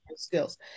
skills